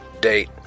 Date